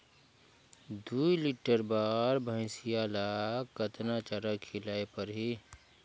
दुई लीटर बार भइंसिया ला कतना चारा खिलाय परही?